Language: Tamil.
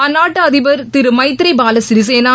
அந்நாட்டு அதிபர் திரு மைத்ரி பால சிறிசேனா